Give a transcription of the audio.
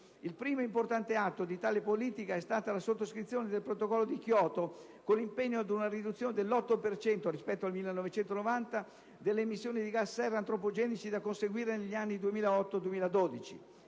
Il primo importante atto di tale politica è stata la sottoscrizione del Protocollo di Kyoto con l'impegno ad una riduzione dell'8 per cento (rispetto al 1990) delle emissioni di gas serra antropogenici da conseguire negli anni 2008-2012.